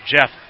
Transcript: Jeff